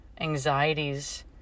anxieties